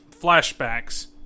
flashbacks